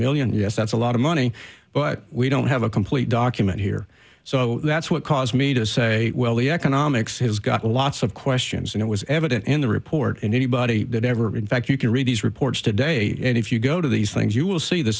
million yes that's a lot of money but we don't have a complete document here so that's what caused me to say well the economics has got lots of questions and it was evident in the report and anybody that ever in fact you can read these reports today and if you go to these things you will see the